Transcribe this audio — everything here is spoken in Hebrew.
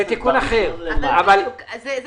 אני שואל אם הוראת השעה נכנסת, התיקון למה?